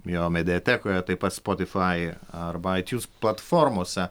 jo mediatekoje taip pat spotify arba itunes platformose